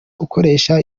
gukoresha